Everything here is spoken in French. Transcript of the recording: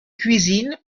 cuisines